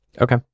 Okay